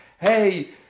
Hey